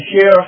share